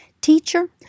Teacher